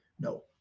No